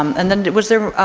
um and then it was there